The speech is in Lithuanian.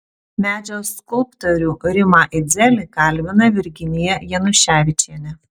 medžio skulptorių rimą idzelį kalbina virginija januševičienė